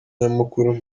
nyamukuru